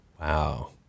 wow